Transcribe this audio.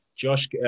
Josh